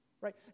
right